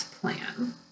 plan